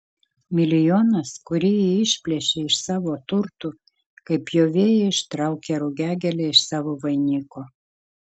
milijonas kurį ji išplėšė iš savo turtų kaip pjovėja ištraukia rugiagėlę iš savo vainiko